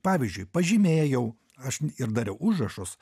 pavyzdžiui pažymėjau aš ir dariau užrašus